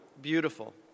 beautiful